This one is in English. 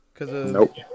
Nope